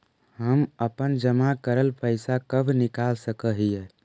हम अपन जमा करल पैसा कब निकाल सक हिय?